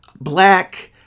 black